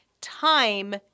time